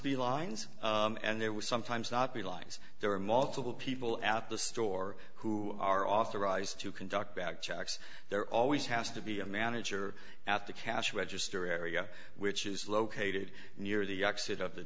be lines and there were sometimes not be lines there are multiple people at the store who are authorized to conduct bad checks there always has to be a manager at the cash register area which is located near the exit of the